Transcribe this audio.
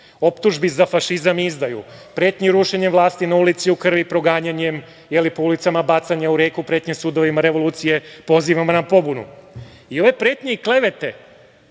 optužbi za fašizam i izdaju, pretnji rušenjem vlasti na ulici u krvi, proganjanjem po ulicama, bacanjem u reku, pretnji sudovima, revolucije, pozivima na pobunu. Ove pretnje i klevete